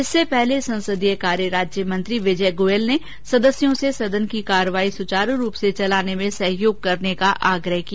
इससे पहले संसदीय कार्य राज्य मंत्री विजय गोयल ने सदस्यों से सदन की कार्यवाही सुचारू रूप से चलाने में सहयोग करने का आग्रह किया